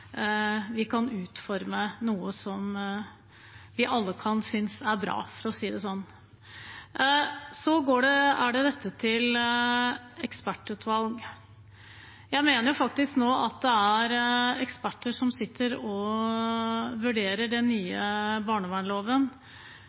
vi kan utforme noe som vi alle kan synes er bra, for å si det sånn. Så til dette med ekspertutvalg: Jeg mener faktisk at det er eksperter som nå sitter og vurderer den nye